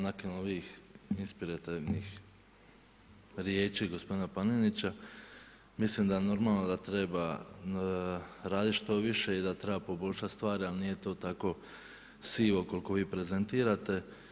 Nakon ovih insperatornih riječ gospodina Panenića, mislim da normalno da treba raditi što više i da treba poboljšati stvari, ali nije to tako sivo koliko vi prezentirate.